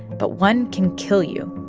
but one can kill you,